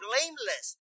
blameless